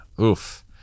Oof